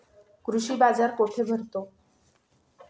कृषी बाजार कुठे भरतो?